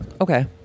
Okay